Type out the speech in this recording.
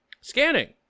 Scanning